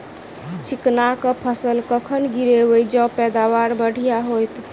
चिकना कऽ फसल कखन गिरैब जँ पैदावार बढ़िया होइत?